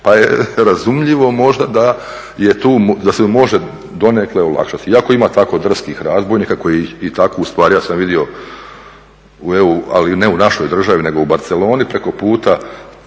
pa je razumljivo možda da se može donekle olakšati, iako ima tako drskih razbojnika koji i tako ustvari ja sam vidio ali ne u našoj državi nego u Barceloni preko puta